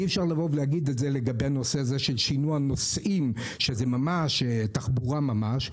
אי אפשר להגיד את זה לגבי הנושא של שינוע נוסעים שזה תחבורה ממש.